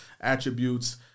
attributes